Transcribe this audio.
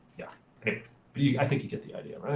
yeah. ok, but i think you get the idea,